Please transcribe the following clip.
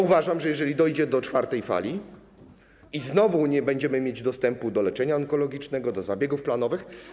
Uważam, że jeżeli dojdzie do czwartej fali i znowu nie będziemy mieli dostępu do leczenia onkologicznego, do zabiegów planowych.